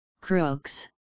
Crooks